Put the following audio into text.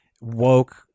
woke